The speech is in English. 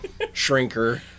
shrinker